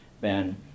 Ben